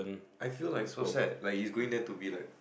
I feel like so sad like he's going there to be like